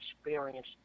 experience